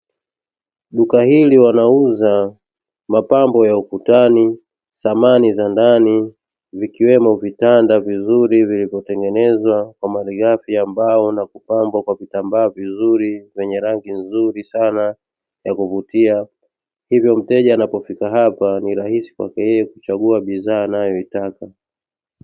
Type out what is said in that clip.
Duka hili wanauza mapambo ya ukutani samani za ndani vikiwemo vitanda vizuri vilivyotengenezwa kwa malighafi ya mbao na kupambwa kwa vitambaa vizuri vyenye rangi nzuri sana ya kuvutia hivyo mteja anapofika hapa ni rahisi kwake yeye kuchagua bidhaa anayoitaka.